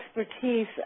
expertise